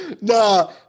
nah